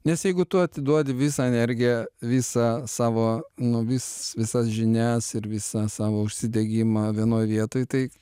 nes jeigu tu atiduodi visą energiją visą savo nu vis visas žinias ir visą savo užsidegimą vienoj vietoj tai